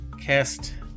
cast